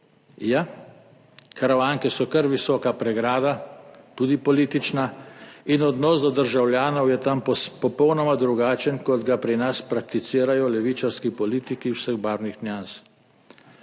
Ja, Karavanke so kar visoka pregrada, tudi politična, in odnos do državljanov je tam popolnoma drugačen, kot ga pri nas prakticirajo levičarski politiki vseh barvnih nians.